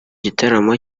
gitaramo